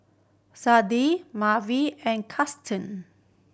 Sade Merwin and Krysten